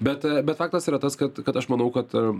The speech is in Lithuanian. bet bet faktas yra tas kad kad aš manau kad